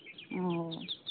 ᱚᱻ